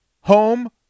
home